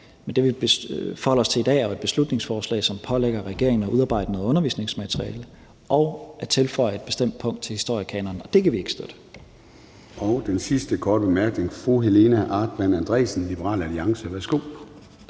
Men det, vi forholder os til i dag, er et beslutningsforslag, som pålægger regeringen at udarbejde noget undervisningsmateriale og at tilføje et bestemt punkt til historiekanonen, og det kan vi ikke støtte. Kl. 14:58 Formanden (Søren Gade): Den sidste korte bemærkning er fra fru Helena Artmann Andresen, Liberal Alliance. Værsgo.